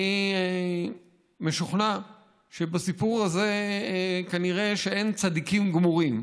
שאני משוכנע שבסיפור הזה כנראה שאין צדיקים גמורים,